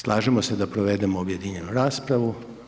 Slažemo se da provedemo objedinjenu raspravu?